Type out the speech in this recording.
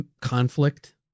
conflict